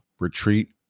retreat